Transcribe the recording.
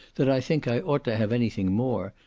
that i think i ought to have anything more.